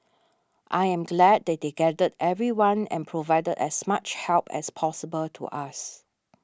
I am glad that they gathered everyone and provided as much help as possible to us